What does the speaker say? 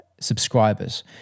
subscribers